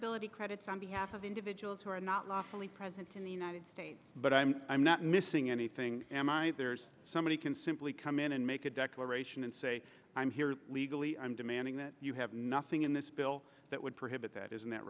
affordability credits on behalf of individuals who are not lawfully present in the united states but i'm i'm not missing anything there's somebody can simply come in and make a declaration and say i'm here legally i'm demanding that you have nothing in this bill that would prohibit that isn't that